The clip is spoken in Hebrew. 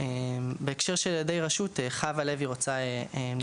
בהקשר לילדי רשות, חוה לוי רוצה לדבר.